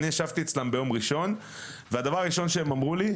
אני ישבתי אצלם ביום ראשון והדבר הראשון שהם אמרו לי,